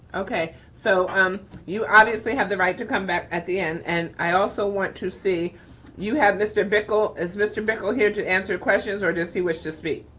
okay, so um you obviously have the right to come back at the end and i also want to see you have mr. bickle as mr. bickle here to answer questions or does he wish to speak?